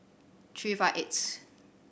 three five eighth